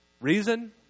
Reason